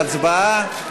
להצבעה,